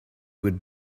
would